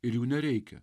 ir jų nereikia